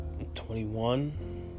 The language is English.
21